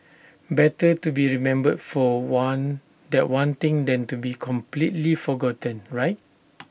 better to be remembered for one that one thing than to be completely forgotten right